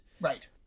Right